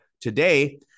Today